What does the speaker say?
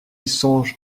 songe